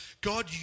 God